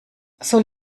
soll